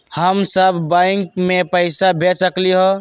हम सब बैंक में पैसा भेज सकली ह?